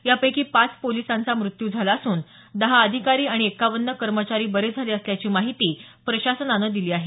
यापैकी पाच पोलिसांचा मृत्यू झाला असून दहा अधिकारी आणि एक्कावन्न कर्मचारी बरे झाले असल्याची माहिती प्रशासनानं दिली आहे